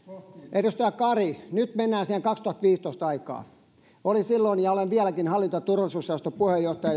edustaja kari nyt mennään siihen vuoden kaksituhattaviisitoista aikaan olin silloin ja olen vieläkin hallinto ja turvallisuusjaoston puheenjohtaja